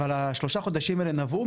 אבל השלושה חודשים האלה נבעו,